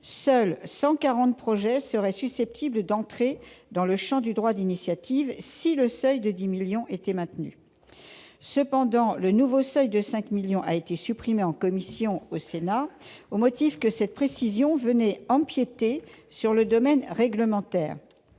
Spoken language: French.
en une année seraient susceptibles d'entrer dans le champ du droit d'initiative citoyenne si le seuil de 10 millions d'euros était maintenu. Cependant, le nouveau seuil de 5 millions d'euros a été supprimé en commission au Sénat au motif que cette précision venait empiéter sur le domaine réglementaire.